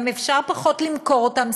גם אפשר פחות למכור אותם,